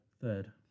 Third